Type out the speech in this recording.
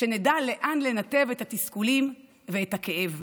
שנדע לאן לנתב את התסכולים והכאב.